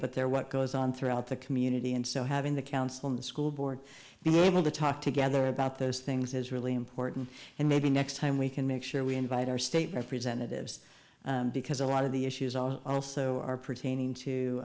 but they're what goes on throughout the community and so having the council on the school board be able to talk together about those things is really important and maybe next time we can make sure we invite our state representatives because a lot the issues are also are pertaining to